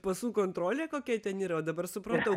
pasų kontrolė kokia ten yra o dabar supratau